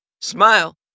Smile